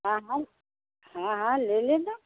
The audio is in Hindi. हाँ हाँ हाँ हाँ ले लेना